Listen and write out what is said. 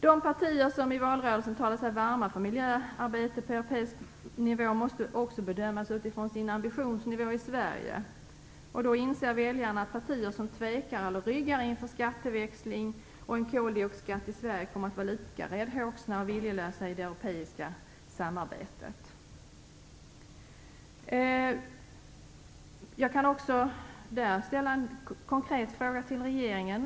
De partier som i valrörelsen talade sig varma för miljöarbete på europeisk nivå måste också bedömas utifrån deras ambitionsnivå i Sverige. Då inser väljarna att partier som tvekar eller ryggar inför skatteväxling och en koldioxidskatt i Sverige kommer att vara lika räddhågsna och viljelösa i det europeiska samarbetet. Jag vill ställa en konkret fråga till regeringen.